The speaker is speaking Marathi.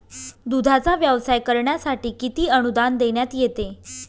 दूधाचा व्यवसाय करण्यासाठी किती अनुदान देण्यात येते?